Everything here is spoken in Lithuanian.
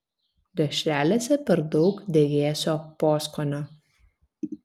dešrelėse per daug degėsio poskonio